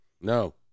No